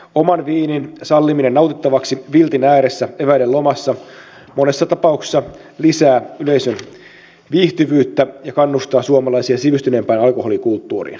oman viinin salliminen nautittavaksi viltin ääressä eväiden lomassa monessa tapauksessa lisää yleisön viihtyvyyttä ja kannustaa suomalaisia sivistyneempään alkoholikulttuuriin